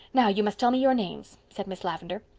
now, you must tell me your names, said miss lavendar.